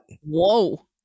Whoa